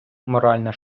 моральна